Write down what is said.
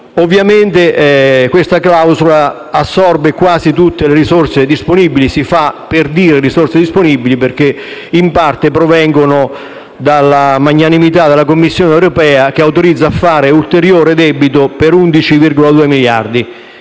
Ovviamente questa clausola assorbe quasi tutte le risorse disponibili. Si fa per dire perché, in parte, provengono dalla magnanimità della Commissione europea che autorizza a fare ulteriore debito per 11,2 miliardi.